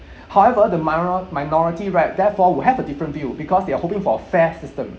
however the minor~ minority right therefore will have a different view because they are hoping for a fair system